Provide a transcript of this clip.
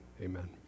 amen